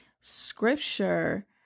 scripture